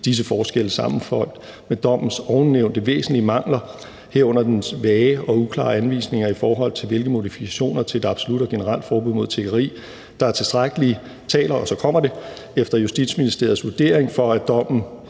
Disse forskelle sammenholdt med dommens ovennævnte væsentlige mangler, herunder dens vage og uklare anvisninger i forhold til hvilke modifikationer til et absolut og generelt forbud mod tiggeri, der er tilstrækkelige, taler« – og så kommer det – »efter Justitsministeriets vurdering for, at dommen